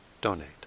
donate